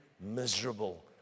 miserable